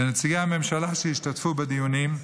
לנציגי הממשלה שהשתתפו בדיונים,